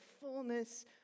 fullness